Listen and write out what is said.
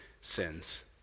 sins